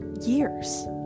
years